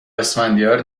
اسفندیار